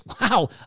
wow